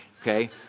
Okay